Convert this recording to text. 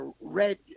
red